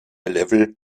level